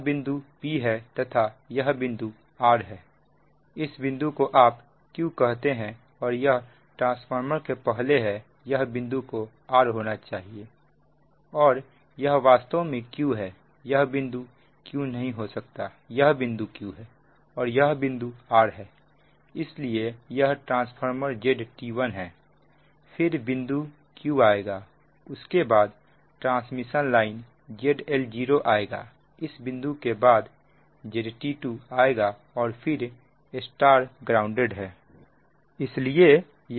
यह बिंदु p है तथा यह बिंदु r है इस बिंदु को आप q कहते हैं और यह ट्रांसफार्मर के पहले हैं यह बिंदु को r होना चाहिए और यह वास्तव में q है यह बिंदु q नहीं हो सकता यह बिंदु q है और यह बिंदु r है इसलिए यह ट्रांसफार्मर ZT1 है फिर बिंदु q आएगा उसके बाद ट्रांसमिशन लाइन ZL0 आएगा इस बिंदु के बाद ZT2 आएगा और फिर Y ग्राउंडेड है